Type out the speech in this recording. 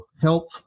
health